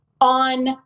on